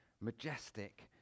majestic